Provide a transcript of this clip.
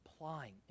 applying